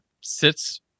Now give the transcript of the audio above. sits